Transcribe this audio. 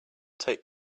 take